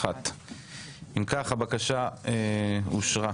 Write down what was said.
1 הבקשה אושרה.